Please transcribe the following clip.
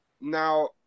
now